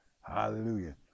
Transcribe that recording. hallelujah